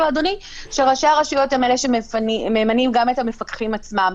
לאדוני שראשי הרשויות הם אלה שממנים גם את המפקחים עצמם,